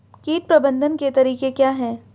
कीट प्रबंधन के तरीके क्या हैं?